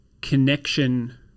connection